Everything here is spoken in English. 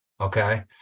Okay